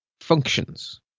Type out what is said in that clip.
functions